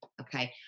okay